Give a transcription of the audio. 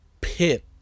pit